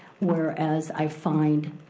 whereas i find,